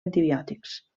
antibiòtics